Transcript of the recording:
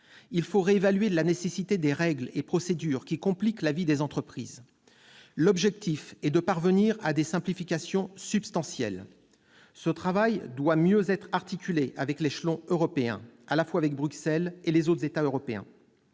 il faut réévaluer la nécessité des règles et procédures qui compliquent la vie des entreprises. L'objectif est de parvenir à des simplifications substantielles. Ce travail doit mieux être articulé avec l'échelon européen, à la fois avec Bruxelles et avec les autres États européens.